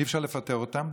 אי-אפשר לפטר אותם,